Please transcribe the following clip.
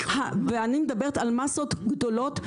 ואני מדברת על מסות גדולות.